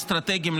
אסטרטגיים,